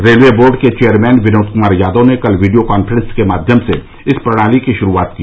railway board के chairman Vinod Kumar Yadav ने कल वीडियो काफ्रेंस के माध्यम से इस प्रणाली की शुरूआत की